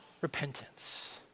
repentance